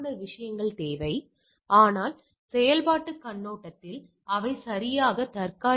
உங்களிடம் இந்த CHI TEST comma comma இருப்பதைக் காண்க